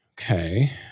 Okay